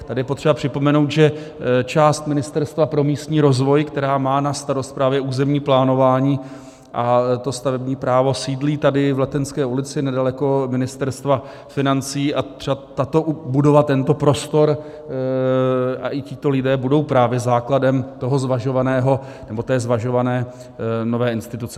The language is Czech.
Tady je potřeba připomenout, že část Ministerstva pro místní rozvoj, která má na starost právě územní plánování a to stavební právo, sídlí tady v Letenské ulici nedaleko Ministerstva financí a třeba tato budova, tento prostor a i tito lidé budou právě základem té zvažované nové instituce.